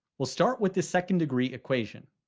we'll start with the second degree equation.